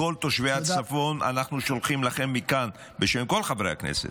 לכל תושבי הצפון: אנחנו שולחים לכם מכאן בשם כל חברי הכנסת,